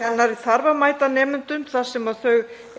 Kennari þarf að mæta nemendum þar sem þau